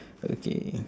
okay